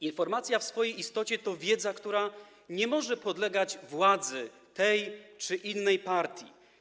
Informacja w swojej istocie to wiedza, która nie może podlegać władzy tej czy innej partii.